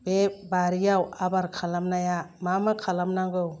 बे बारियाव आबार खालामनाया मा मा खालामनांगौ